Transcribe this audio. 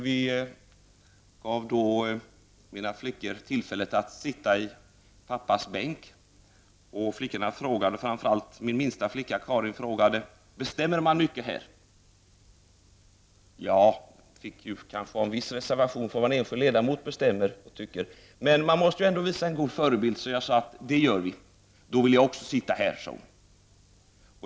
Vi gav våra flickor tillfället att sitta i pappas riksdagsbänk. Flickorna ställde frågor, och framför allt frågade min minsta flicka Karin: Bestämmer man mycket här? Svaret blev ja, med en viss reservation för vad en enskild ledamot kan bestämma. Men man måste ju ändå visa en god förebild, så jag sade: Det gör vi. Då vill jag också sitta här, sade hon.